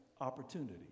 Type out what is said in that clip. opportunity